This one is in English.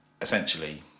essentially